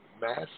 mass